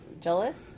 jealous